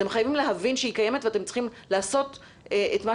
אתם חייבים להבין שהיא קיימת ואתם צריכים לעשות את מה